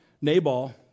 Nabal